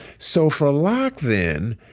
so for locke, then,